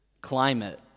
climate